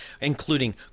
including